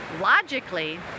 logically